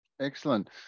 Excellent